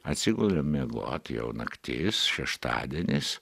atsigulėm miegot jau naktis šeštadienis